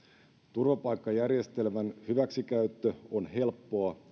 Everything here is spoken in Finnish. turvapaikkajärjestelmän hyväksikäyttö on helppoa